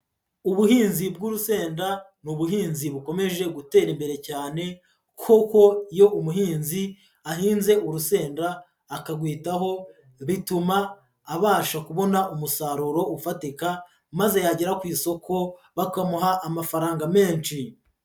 Ubuhinzi bw'urusenda ni ubuhinzi bukomeje gutera imbere cyane kuko iyo umuhinzi ahinze urusenda akarwitaho, bituma abasha kubona umusaruro ufatika maze yagera ku isoko bakamuha amafaranga menshi.